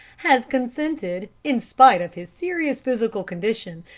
has consented, in spite of his serious physical condition,